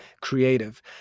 creative